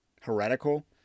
heretical